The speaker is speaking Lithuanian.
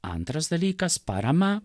antras dalykas parama